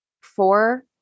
four